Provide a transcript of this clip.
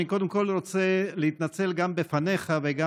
אני קודם כול רוצה להתנצל גם בפניך וגם